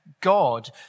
God